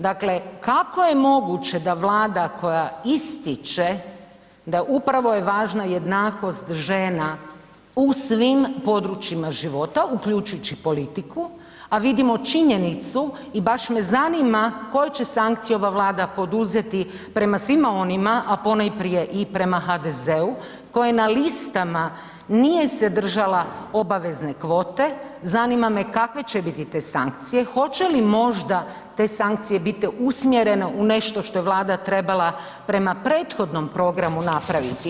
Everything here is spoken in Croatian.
Dakle, kako je moguće da Vlada koja ističe da upravo je važna jednakost žena u svim područjima života uključujući politiku, a vidimo činjenicu i baš me zanima koju će sankciju ova Vlada poduzeti prema svima onima, a ponajprije i prema HDZ-u koja na listama nije se držala obavezne kvote, zanima me kave će biti te sankcije, hoće li možda te sankcije biti usmjerene u nešto što je Vlada trebala prema prethodnom programu napraviti.